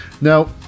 now